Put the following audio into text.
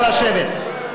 נא לשבת.